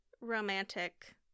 romantic